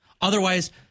Otherwise